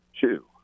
two